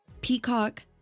Peacock